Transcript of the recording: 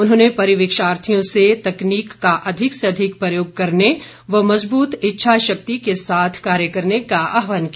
उन्होंने परिवीक्षार्थियों से तकनीक का अधिक से अधिक प्रयोग करने व मजबूत इच्छा शक्ति के साथ कार्य करने का आहवान किया